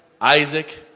Isaac